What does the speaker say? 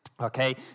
Okay